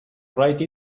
write